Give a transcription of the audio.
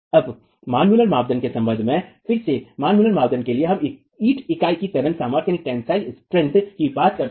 अब मान मुलर मानदंड के संबंध में फिर से मान मुलर मानदंड के लिए हम ईंट इकाई की तनन सामर्थ्य की बात कर रहे थे